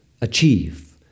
achieve